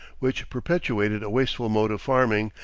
which perpetuated a wasteful mode of farming,